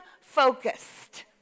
focused